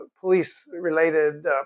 police-related